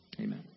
amen